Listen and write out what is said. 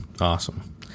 Awesome